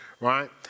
right